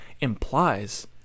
implies